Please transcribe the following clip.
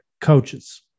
Coaches